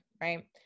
Right